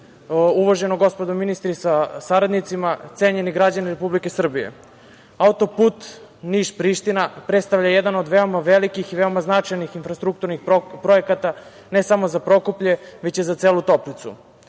uvaženi ministri sa saradnicima, cenjeni građani Republike Srbije, autoput Niš-Priština predstavlja jedan od veoma velikih i veoma značajnih infrastrukturnih projekata, ne samo za Prokuplje, već i za celu Toplicu.